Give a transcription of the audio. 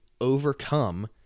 overcome